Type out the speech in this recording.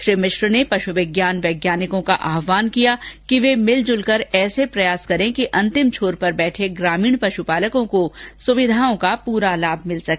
श्री मिश्र ने पश् विज्ञान वैज्ञानिकों का आव्हान किया कि वे मिलजुल कर ऐसे प्रयास करे कि अंतिम छोर पर बैठे ग्रामीण पशु पालकों को सुविधाओं का पूरा लाभ मिल सके